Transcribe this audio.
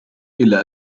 إلا